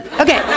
okay